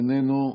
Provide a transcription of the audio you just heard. איננו.